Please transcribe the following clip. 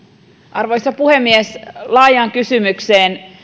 arvoisa puhemies laajaan kysymykseen